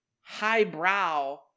highbrow